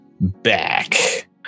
back